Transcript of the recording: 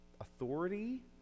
authority